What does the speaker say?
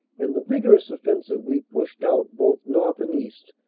and the vigorous offen sive we pushed out both north and east,